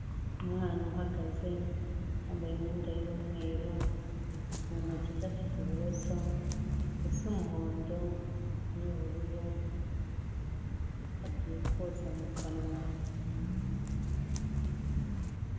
Umwana uhagaze, yambaye imyenda y'umweru, mu ntoki ze afite uburoso, busa umuhondo n'ubururu, agiye koza mu kanwa.